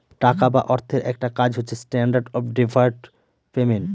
টাকা বা অর্থের একটা কাজ হচ্ছে স্ট্যান্ডার্ড অফ ডেফার্ড পেমেন্ট